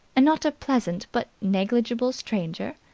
and not a pleasant but negligible stranger?